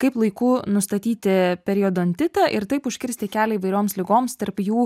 kaip laiku nustatyti periodontitą ir taip užkirsti kelią įvairioms ligoms tarp jų